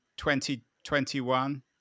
2021